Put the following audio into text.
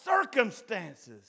circumstances